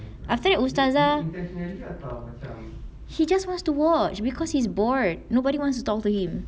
after that ustazah he just wants to watch because he's bored nobody wants to talk to him